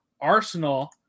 Arsenal